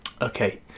okay